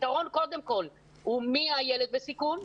הפתרון קודם כל הוא מי הילד בסיכון.